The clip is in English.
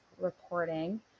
reporting